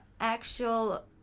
actual